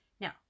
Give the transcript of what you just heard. now